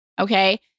Okay